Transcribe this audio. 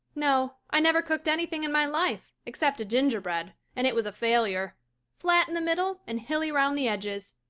no, i never cooked anything in my life except a gingerbread and it was a failure flat in the middle and hilly round the edges.